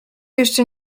jeszcze